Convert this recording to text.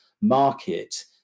market